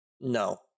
No